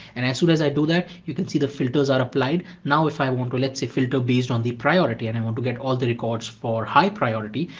and as soon as i do that you can see the filters are applied. now if i want to, let's say filter based on the priority and i want to get all the records for high priority,